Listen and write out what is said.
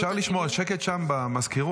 אפשר לשמור על שקט שם במזכירות?